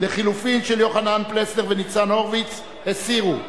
לחלופין של יוחנן פלסנר וניצן הורוביץ, הסירו.